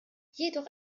jedoch